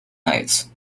nights